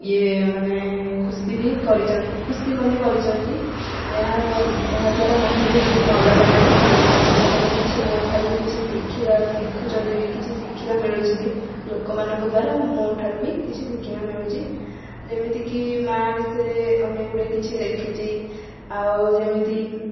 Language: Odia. ଇଏ ମାନେ ଖୁସି ବି କରିଛନ୍ତି ଖୁସି ମନେ କରିଛନ୍ତି ଏହା ଏହା ଦ୍ୱାରା ମତେ ବି ବହୁତ ଭଲ ଲାଗିଛି ଲୋକମାନେ କିଛି ମୋ ଠାରୁ କିଛି ଶିଖିବା ଶିଖୁଛନ୍ତି ବି କିଛି ଶିଖିବା ମିଳୁଛି ବି ଲୋକମାନଙ୍କ ଦ୍ୱାରା ମୋ ଠାରୁ ବି କିଛି ଶିଖିବା ମିଳୁଛି ଯେମିତିକି ମା ବିଷୟରେ ଅନେକ ଗୁଡ଼ିଏ କିଛି ଲେଖିଛି ଆଉ ଯେମିତି